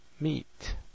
meat